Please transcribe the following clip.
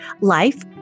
Life